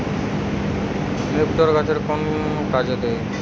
নিপটর গাছের কোন কাজে দেয়?